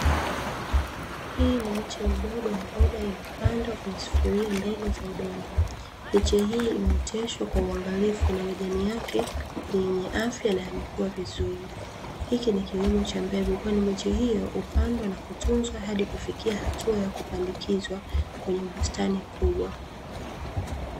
Hii ni miche midogo ambayo imeoteshwa kwa uangalifu na majani yake ni yenye afya na yamekuwa vizuri. Hiki ni kilimo cha mbegu kwani miche hiyo inapandwa na kutunzwa hadi kufikia kupandikizwa kwenye bustani kubwa.